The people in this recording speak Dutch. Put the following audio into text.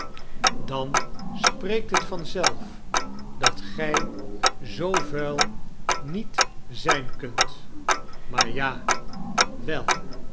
dan spreekt het vanzelf dat gy zoo vuil niet zyn kunt maar ja wel